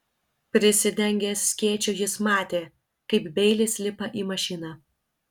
prisidengęs skėčiu jis matė kaip beilis lipa į mašiną